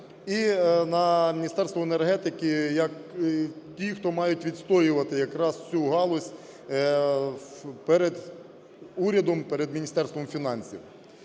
і на Міністерство енергетики як ті, хто мають відстоювати якраз цю галузь перед урядом, перед Міністерством фінансів.